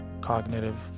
cognitive